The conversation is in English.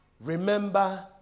remember